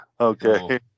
Okay